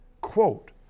quote